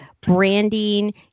branding